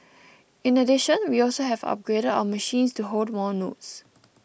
in addition we also have upgraded our machines to hold more notes